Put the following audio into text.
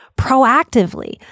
proactively